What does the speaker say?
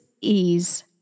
Ease